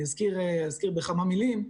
אני אזכיר בכמה מילים.